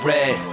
Red